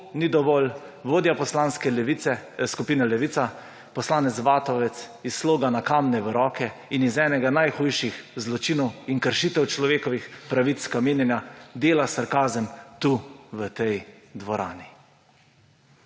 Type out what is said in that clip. ni dovolj, vodja Poslanske skupine Levica poslanec Vatovec iz slogana Kamne v roke in iz enega najhujših zločinov in kršitev človekovih pravic kamenjanja dela sarkazem tu v tej dvorani.